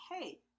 hey